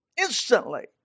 instantly